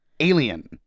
Alien